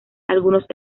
algunos